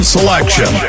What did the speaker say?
Selection